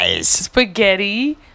spaghetti